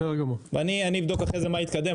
ואני אבדוק מה התקדם,